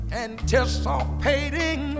anticipating